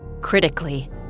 Critically